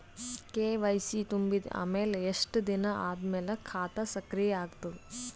KYC ತುಂಬಿದ ಅಮೆಲ ಎಷ್ಟ ದಿನ ಆದ ಮೇಲ ಖಾತಾ ಸಕ್ರಿಯ ಅಗತದ?